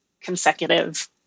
consecutive